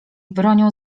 bronią